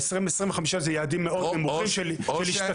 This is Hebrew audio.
20%-25% זה יעדים מאוד נמוכים של השתתפות הציבור.